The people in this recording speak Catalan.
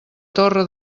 torre